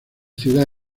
ciudad